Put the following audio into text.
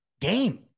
game